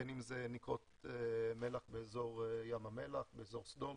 בין אם זה נקרות מלח באזור ים המלח, באזור סדום,